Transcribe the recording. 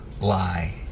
lie